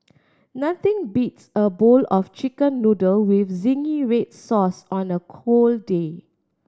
nothing beats a bowl of Chicken Noodle with zingy red sauce on a cold day